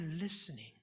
listening